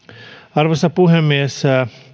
arvoisa puhemies